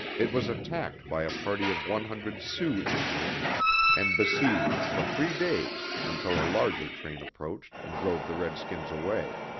it was attacked by a party of one hundred sioux indians and besieged for three days until a larger train approached and drove the redskins away.